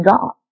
God